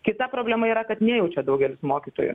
kita problema yra kad nejaučia daugelis mokytojų